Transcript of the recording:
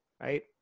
right